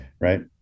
Right